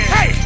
Hey